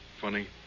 Funny